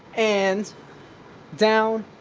and down.